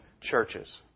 churches